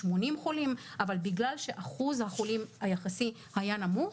80 חולים אבל בגלל שאחוז החולים היחסי היה נמוך,